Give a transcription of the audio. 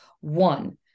One